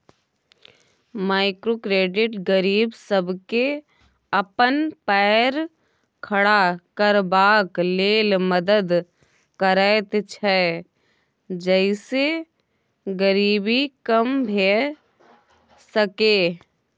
micro credit गरीब सबके अपन पैर खड़ा करबाक लेल मदद करैत छै जइसे गरीबी कम भेय सकेए